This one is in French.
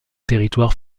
territoire